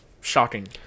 shocking